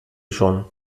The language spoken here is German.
schon